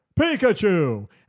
Pikachu